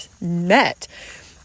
met